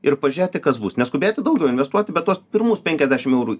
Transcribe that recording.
ir pažiūrėti kas bus neskubėti daugiau investuoti bet tuos pirmus penkiasdešim eurų